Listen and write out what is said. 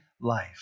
life